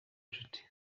nshuti